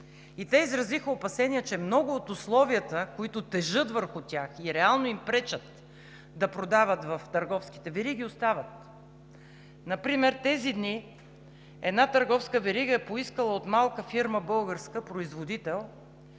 и те изразиха опасение, че много от условията, които тежат върху тях и реално им пречат да продават в търговските вериги, остават. Например тези дни една търговска верига е поискала от малка българска фирма – производител,